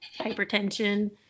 hypertension